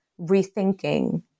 rethinking